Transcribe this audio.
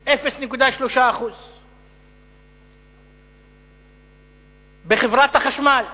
0.3%. בחברת החשמל,